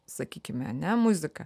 sakykime ane muzika